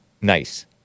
nice